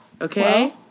Okay